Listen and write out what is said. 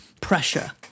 pressure